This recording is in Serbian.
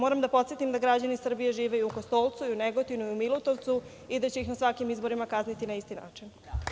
Moram da podsetim da građani Srbije žive i u Kostolcu, u Negotinu i u Milutovcu i da će ih na svakim izborima kazniti na isti način.